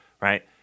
right